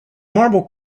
marble